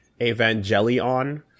evangelion